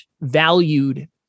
valued